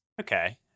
Okay